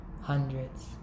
Hundreds